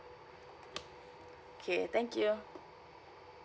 okay thank you